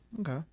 Okay